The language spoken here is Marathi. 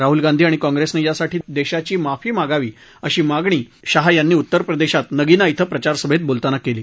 राहुल गांधी आणि काँग्रेसनं यासाठी देशाची माफी मागावी अशी मागणी शाह यांनी उत्तर प्रदेशात नगिना बीं प्रचारसभेत बोलताना केली